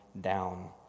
down